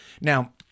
Now